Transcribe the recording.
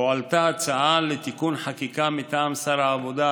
הועלתה הצעה לתיקון חקיקה מטעם שר העבודה,